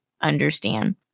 understand